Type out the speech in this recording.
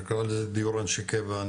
נקרא לזה דיור אנשי קבע,